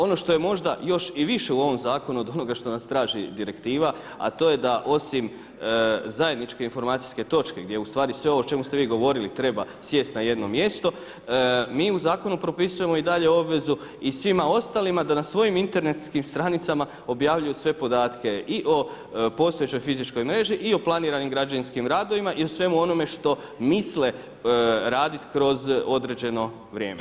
Ono što je možda još i više u ovom zakonu od onoga što nas traži direktiva a to je da osim zajedničke informacijske točke gdje ustvari sve ovo o čemu ste vi govorili treba sjesti na jedno mjesto mi u zakonu propisujemo i dalje obvezu i svima ostalima da na svojim internetskim stranicama objavljuju sve podatke i o postojećoj fizičkoj mreži i o planiranim građevinskim radovima i o svemu onome što misle raditi kroz određeno vrijeme.